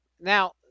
Now